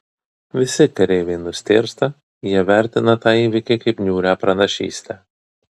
visi kareiviai nustėrsta jie vertina tą įvykį kaip niūrią pranašystę